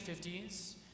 1950s